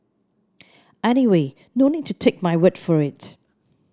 anyway no need to take my word for it